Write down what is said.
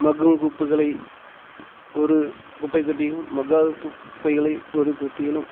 மக்கும் குப்பைகளை ஒரு குப்பைத்தொட்டியிலும் மக்காத குப்பைகளை ஒரு தொட்டியிலும்